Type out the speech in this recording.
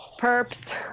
perps